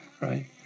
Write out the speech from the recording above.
Right